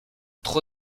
trop